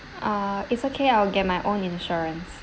uh it's okay I'll get my own insurance